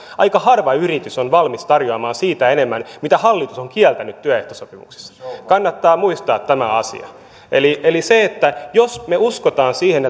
aika harva yritys on valmis tarjoamaan siitä enemmän mitä hallitus on kieltänyt työehtosopimuksessa kannattaa muistaa tämä asia eli eli se että jos me uskomme siihen